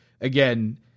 again